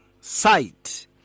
sight